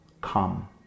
come